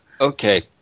okay